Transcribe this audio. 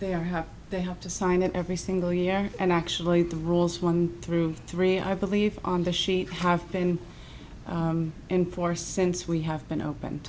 they are happy they have to sign it every single yeah and actually the rules one through three i believe on the sheet have been enforced since we have been open